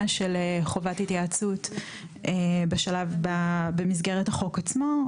של חובת התייעצות במסגרת החוק עצמו,